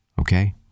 okay